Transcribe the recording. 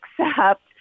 accept